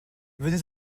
venez